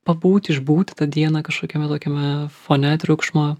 pabūti išbūti tą dieną kažkokiame tokiame fone triukšmo